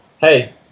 Hey